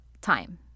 time